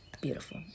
beautiful